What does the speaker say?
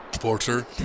Porter